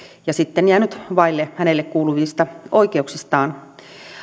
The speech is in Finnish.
ja sitten olisi jäänyt vaille hänelle kuuluvia oikeuksiaan